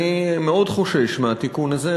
אני מאוד חושש מהתיקון הזה.